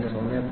000 G4 50